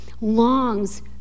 longs